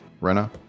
Rena